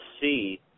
see